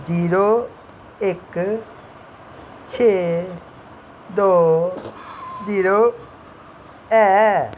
zero इक छे दो जीरो ऐ